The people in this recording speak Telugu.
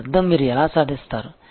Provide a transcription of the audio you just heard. దీని అర్థం మీరు ఎలా సాధిస్తారు